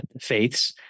faiths